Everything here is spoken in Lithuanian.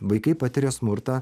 vaikai patiria smurtą